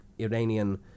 Iranian